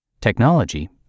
technology